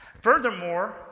Furthermore